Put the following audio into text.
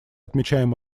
отмечаем